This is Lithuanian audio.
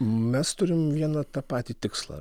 mes turim vieną tą patį tikslą